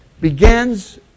begins